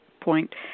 point